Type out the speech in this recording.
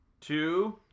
two